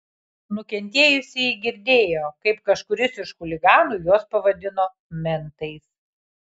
nukentėjusieji girdėjo kaip kažkuris iš chuliganų juos pavadino mentais